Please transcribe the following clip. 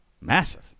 Massive